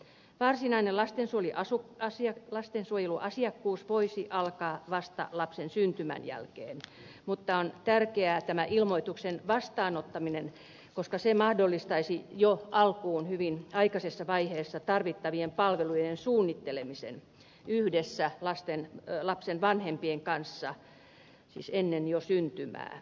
varsinainen lastensuojeluasiakkuus voisi alkaa vasta lapsen syntymän jälkeen mutta on tärkeää tämän ilmoituksen vastaanottaminen koska se mahdollistaisi jo alkuun hyvin aikaisessa vaiheessa tarvittavien palvelujen suunnittelemisen yhdessä lapsen vanhempien kanssa siis jo ennen syntymää